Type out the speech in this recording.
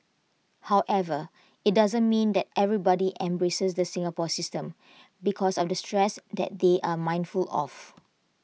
however IT doesn't mean that everybody embraces the Singapore system because of the stress that they are mindful of